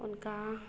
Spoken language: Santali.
ᱚᱱᱠᱟ